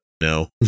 No